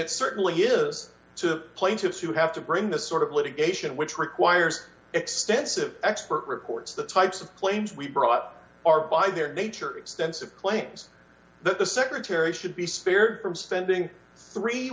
it certainly is to plaintiffs who have to bring this sort of litigation which requires extensive expert reports the types of claims we brought are by their nature extensive claims that the secretary should be spared from spending th